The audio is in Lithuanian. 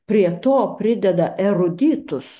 prie to prideda eruditus